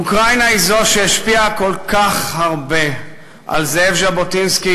אוקראינה היא שהשפיעה כל כך על זאב ז'בוטינסקי,